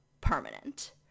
permanent